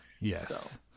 Yes